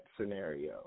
scenario